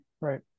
Right